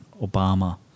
Obama